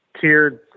tiered